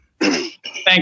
Thank